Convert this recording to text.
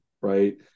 right